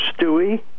Stewie